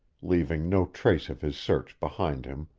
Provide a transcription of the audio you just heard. leaving no trace of his search behind him,